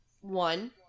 One